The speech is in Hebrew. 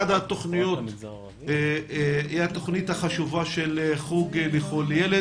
אחת התוכניות היא התוכנית החשובה של חוג לכל ילד,